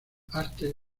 arte